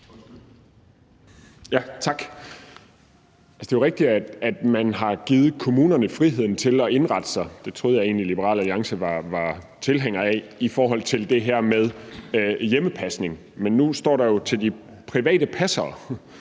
det er jo rigtigt, at man har givet kommunerne friheden til at indrette sig – det troede jeg egentlig at Liberal Alliance var tilhænger af – i forhold til det her med hjemmepasning. Men nu står der jo »privat passer«.